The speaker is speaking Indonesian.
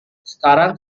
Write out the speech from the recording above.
sekarang